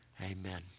Amen